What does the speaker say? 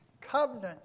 Covenant